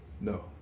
No